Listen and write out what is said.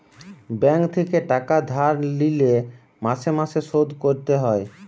bank থেকে টাকা ধার লিলে মাসে মাসে শোধ করতে হয়